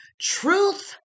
truth